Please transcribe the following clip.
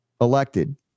elected